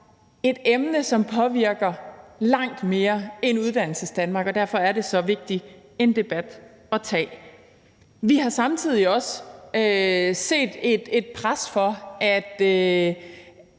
et emne, som påvirker langt mere end Uddannelsesdanmark, og derfor er det så vigtig en debat at tage. Vi har samtidig også et pres i forhold